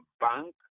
bank